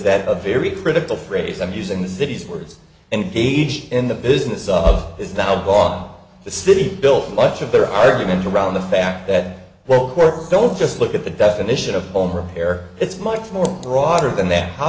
that a very critical phrase i'm using the city's words and deeds in the business of is down on the city built much of their argument around the fact that well courts don't just look at the definition of home repair it's much more broader